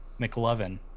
McLovin